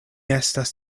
estas